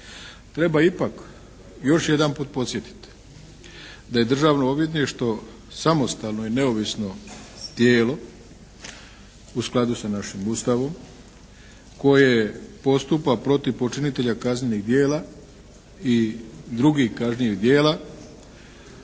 Treba ipak još jedanput podsjetiti da je Državno odvjetništvo samostalno i neovisno tijelo u skladu sa našim Ustavom koje postupa protiv počinitelja kaznenih djela i drugih kažnjivih djela